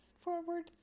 forward